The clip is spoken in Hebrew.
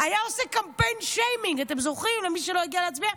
היה עושה קמפיין שיימינג למי שלא הגיע להצביע.